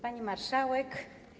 Pani Marszałek!